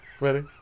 Ready